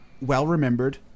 Well-remembered